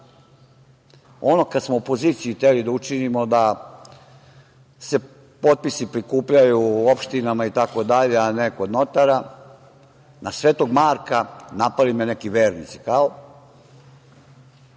ono kada smo opoziciji hteli da učinimo da se potpisi prikupljaju u opštinama i tako dalje, a ne kod notara, na Svetog Marka napali me neki vernici.